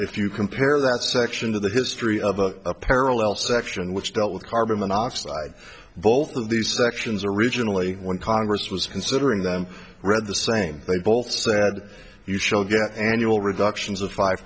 if you compare that section to the history of a parallel section which dealt with carbon monoxide both of these sections originally when congress was considering them read the same they both said you shall get annual reductions of five